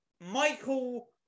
Michael